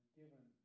given